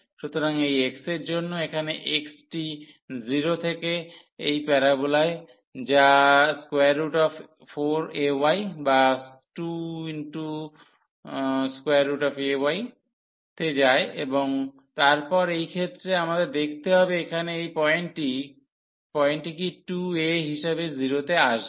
সুতরাং এই x এর জন্য এখানে x টি 0 থেকে এই প্যারোবোলায় যা 4ay বা 2ay তে যায় এবং তারপর এই ক্ষেত্রে আমাদের দেখতে হবে এখানে এই পয়েন্টটি কি 2a হিসাবে 0 তে আসবে